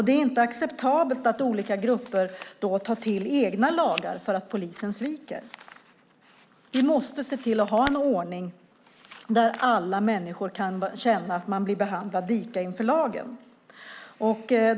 Det är inte acceptabelt att olika grupper tar till egna lagar därför att polisen sviker. Vi måste se till att ha en ordning där alla människor kan känna att man blir behandlad lika inför lagen.